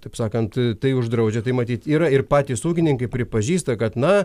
taip sakant tai uždraudžia tai matyt yra ir patys ūkininkai pripažįsta kad na